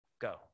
go